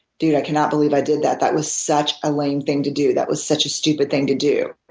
dude, i cannot believe i did that. that was such a lame thing to do. that was such a stupid thing to do.